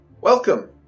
Welcome